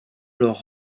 alors